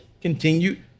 continued